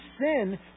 sin